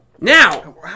Now